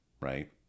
Right